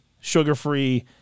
Sugar-free